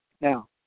Now